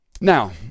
Now